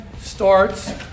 starts